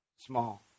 small